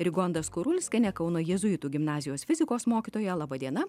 rigonda skurulskiene kauno jėzuitų gimnazijos fizikos mokytoja laba diena